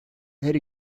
her